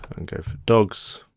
and go for dogs.